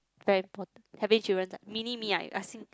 very important having children ah mini me ah you asking